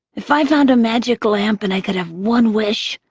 if i found a magic lamp and i could have one wish,